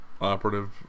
operative